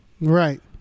Right